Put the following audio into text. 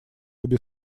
обе